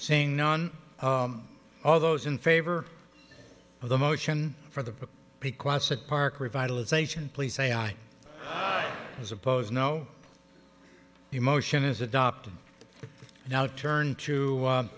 saying no on all those in favor of the motion for the park revitalization please say i suppose no the motion is adopted now turn to